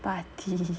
party